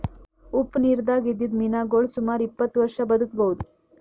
ಉಪ್ಪ್ ನಿರ್ದಾಗ್ ಇದ್ದಿದ್ದ್ ಮೀನಾಗೋಳ್ ಸುಮಾರ್ ಇಪ್ಪತ್ತ್ ವರ್ಷಾ ಬದ್ಕಬಹುದ್